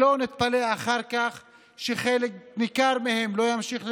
שלא נתפלא אחר כך שחלק ניכר מהם לא ימשיך ללמוד,